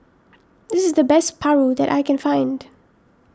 this is the best Paru that I can find